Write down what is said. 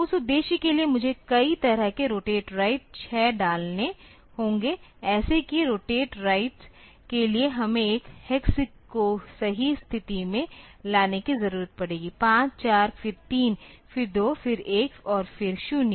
तो उस उद्देश्य के लिए मुझे कई तरह के रोटेट राइट्स 6 डालने होंगे ऐसे ही रोटेट राइट्स के लिए हमें एक हेक्स को सही स्थिति में लाने की जरूरत पड़ेगी 5 4 फिर 3 फिर 2 फिर 1 और फिर 0